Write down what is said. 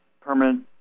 permanent